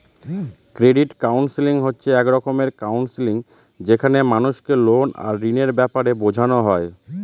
credit counselling হচ্ছে এক রকমের কাউন্সেলিং যেখানে মানুষকে লোন আর ঋণের ব্যাপারে বোঝানো হয়